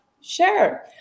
Sure